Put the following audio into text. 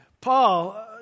Paul